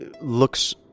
looks